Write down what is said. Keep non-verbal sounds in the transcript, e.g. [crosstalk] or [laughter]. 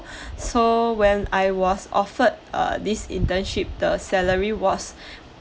[breath] so when I was offered uh this internship the salary was [breath]